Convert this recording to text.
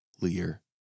Lear